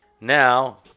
Now